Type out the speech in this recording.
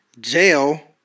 Jail